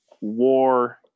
WAR